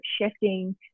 shifting